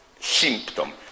symptom